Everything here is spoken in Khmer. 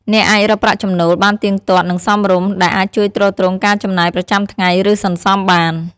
អ្នកអាចរកប្រាក់ចំណូលបានទៀងទាត់ និងសមរម្យ ដែលអាចជួយទ្រទ្រង់ការចំណាយប្រចាំថ្ងៃ ឬសន្សំបាន។